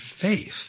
faith